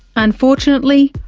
unfortunately,